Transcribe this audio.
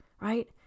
right